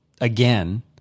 again